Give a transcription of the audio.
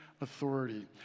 authority